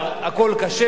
הכול כשר,